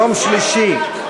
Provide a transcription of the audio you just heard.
יום שלישי,